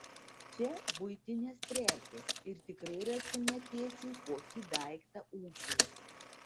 čia buitinės prekės ir tikrai rasime tėčiui kokį daiktą ūkiui